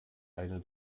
eine